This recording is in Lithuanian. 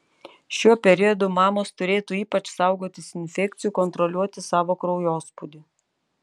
šiuo periodu mamos turėtų ypač saugotis infekcijų kontroliuoti savo kraujospūdį